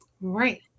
right